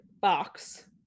Box